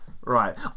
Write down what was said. Right